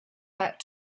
back